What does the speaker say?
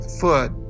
foot